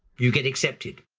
you get accepted,